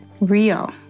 real